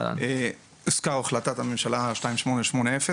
הוזכרה פה החלטת הממשלה 2280,